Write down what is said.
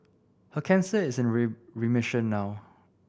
her cancer is remission now